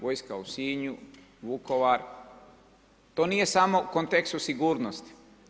Vojska u Sinju, Vukovar, to nije samo u kontekstu sigurnosti.